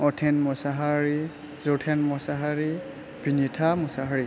अथेन मोसाहारि जथेन मोसाहारि बिनिथा मोसाहारि